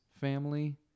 family